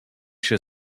się